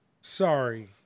sorry